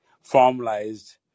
formalized